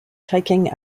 taking